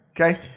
Okay